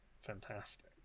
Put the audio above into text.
fantastic